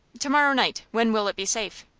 to-morrow night. when will it be safe?